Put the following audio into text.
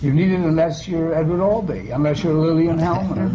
you need it unless you're edward ah albee, unless you're lillian hellman.